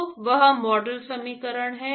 तो वह मॉडल समीकरण है